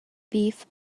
beef